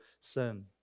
sin